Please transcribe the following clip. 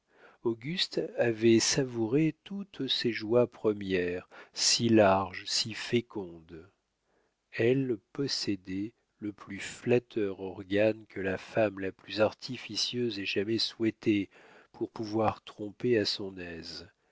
auguste avait savouré toutes ces joies premières si larges si fécondes elle possédait le plus flatteur organe que la femme la plus artificieuse ait jamais souhaité pour pouvoir tromper à son aise